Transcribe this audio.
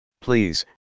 Please